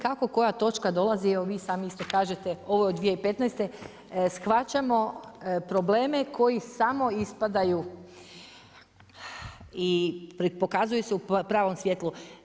Kako koja točka dolazi evo vi sami isto kažete ovo je 2015., shvaćamo probleme koji samo ispadaju i pokazuju se u pravom svjetlu.